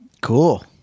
Cool